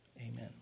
Amen